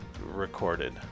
recorded